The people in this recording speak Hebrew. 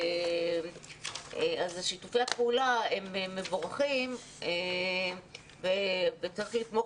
שיתופי הפעולה הם מבורכים וצריך לתמוך